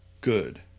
good